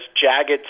jagged